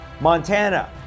Montana